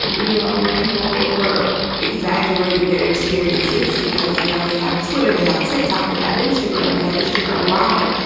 you know, where people were exaggerating their experiences because now they have twitter, they have tick-tock, they have instagram. they have instagram live.